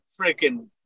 freaking